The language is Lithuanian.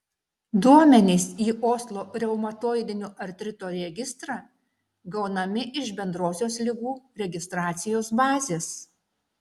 duomenys į oslo reumatoidinio artrito registrą gaunami iš bendrosios ligų registracijos bazės